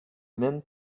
men